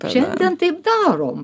šiandien taip darom